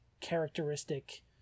characteristic